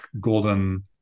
golden